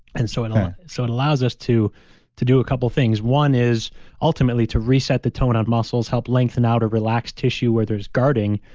and so, it um so it allows us to to do a couple of things. one is ultimately to reset the tone of muscles, help lengthen out or relax tissue where there's guarding.